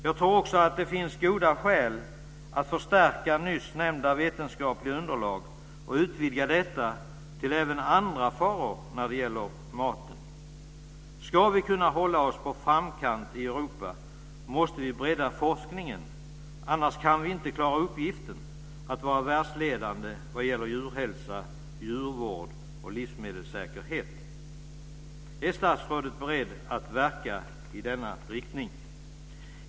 Jag tror också att det finns goda skäl att förstärka nyss nämnda vetenskapliga underlag och utvidga detta till även andra faror när det gäller maten. Om vi ska kunna hålla oss i framkant i Europa måste vi bredda forskningen, annars kan vi inte klara uppgiften att vara världsledande när det gäller djurhälsa, djurvård och livsmedelssäkerhet. Är statsrådet beredd att verka i denna riktning?